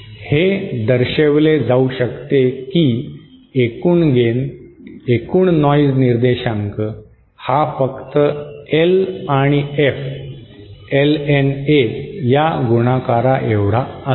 हे दर्शविले जाऊ शकते की एकूण गेन एकूण नॉइज निर्देशांक हा फक्त L आणि F LNA या गुणाकाराएवढा असेल